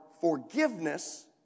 forgiveness